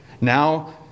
now